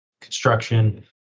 construction